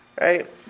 right